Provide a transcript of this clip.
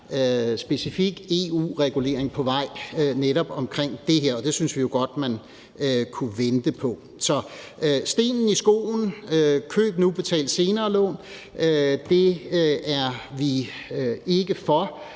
specifik EU-regulering på vej netop omkring det her, og det synes vi jo godt man kunne vente på. Så stenen i skoen, køb nu, betal senere-lån, er vi ikke for,